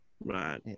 Right